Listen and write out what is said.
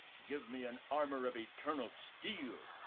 give me an armor of eternal steel!